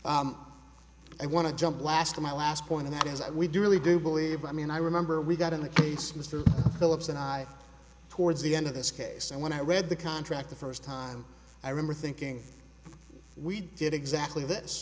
this i want to jump last in my last point is that we do really do believe i mean i remember we got in the case mr philips and i towards the end of this case and when i read the contract the first time i remember thinking we did exactly this